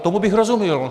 Tomu bych rozuměl.